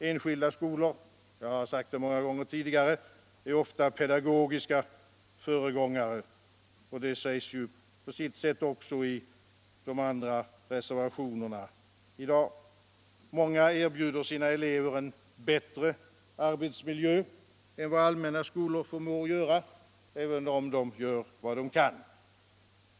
Enskilda skolor — jag har sagt det många gånger förut — är ofta pedagogiska föregångare, och det sägs också på sitt sätt i de andra reservationerna i dag. Många erbjuder sina elever en bättre arbetsmiljö än vad allmänna skolor förmår göra, även om dessa gör vad de kan.